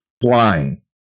flying